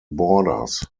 borders